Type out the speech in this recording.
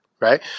Right